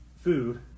food